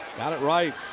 got it right.